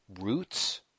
roots